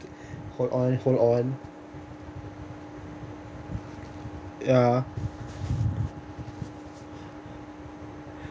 hold on hold on ya